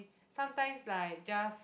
sometimes like just